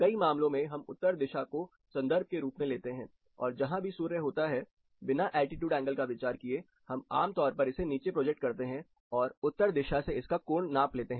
कई मामलों में हम उत्तर दिशा को संदर्भ के रूप में लेते हैं और जहां भी सूर्य होता है बिना एल्टीट्यूड एंगल का विचार किएहम आमतौर पर इसे नीचे प्रोजेक्ट करते हैं और उत्तर दिशा से इसका कोण नाप लेते हैं